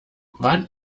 wann